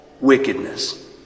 wickedness